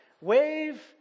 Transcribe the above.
wave